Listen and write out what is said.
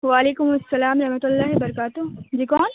وعلیکم السلام رحمتہ اللہ برکاتہ جی کون